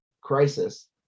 crisis